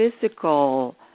physical